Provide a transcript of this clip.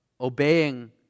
obeying